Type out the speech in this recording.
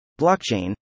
blockchain